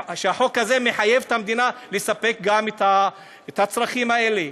והחוק הזה מחייב את המדינה לספק את הצרכים האלה.